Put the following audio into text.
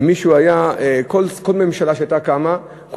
וכל ממשלה שהייתה קמה,